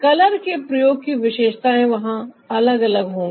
colour के प्रयोग की विशेषताएं वहां अलग अलग होगी